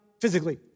physically